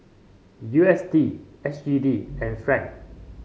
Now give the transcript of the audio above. U S D S G D and franc